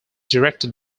directed